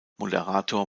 moderator